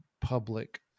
public